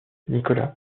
nicolas